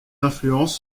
influences